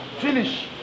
finish